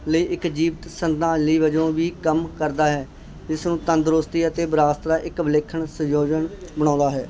ਲਈ ਇੱਕ ਜੀਵਤ ਸ਼ਰਧਾਂਜਲੀ ਵਜੋਂ ਵੀ ਕੰਮ ਕਰਦਾ ਹੈ ਇਸ ਨੂੰ ਤੰਦਰੁਸਤੀ ਅਤੇ ਵਿਰਾਸਤ ਦਾ ਇੱਕ ਵਿਲੱਖਣ ਸੰਯੋਜਨ ਬਣਾਉਂਦਾ ਹੈ